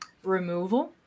removal